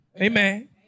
Amen